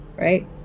right